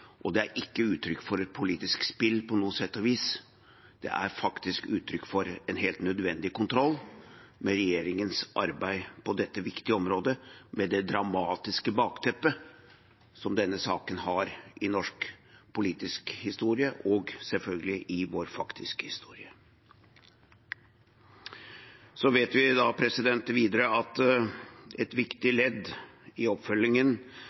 Det er ikke uttrykk for et politisk spill på noe sett og vis, det er faktisk uttrykk for en helt nødvendig kontroll med regjeringens arbeid på dette viktige området, med det dramatiske bakteppet som denne saken har i norsk politisk historie og selvfølgelig i vår faktiske historie. Så vet vi videre at et viktig ledd i oppfølgingen